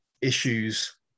issues